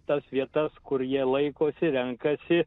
tas vietas kur jie laikosi renkasi